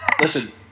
Listen